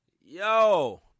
Yo